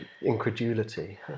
incredulity